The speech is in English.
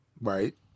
right